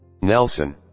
Nelson